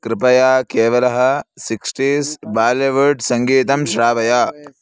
कृपया केवलः सिक्स्टीस् बलिवुड् सङ्गीतं श्रावय